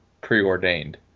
preordained